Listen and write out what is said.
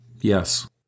Yes